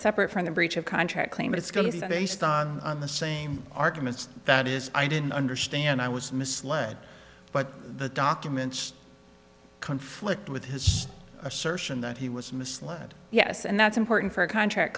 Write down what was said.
separate from the breach of contract claim it's going to be based on the same arguments that is i didn't understand i was misled but the documents conflict with his assertion that he was misled yes and that's important for a contract